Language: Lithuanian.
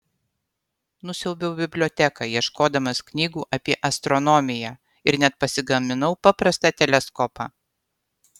nusiaubiau biblioteką ieškodamas knygų apie astronomiją ir net pasigaminau paprastą teleskopą